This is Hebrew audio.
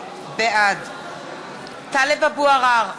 בעד טלב אבו עראר,